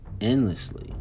endlessly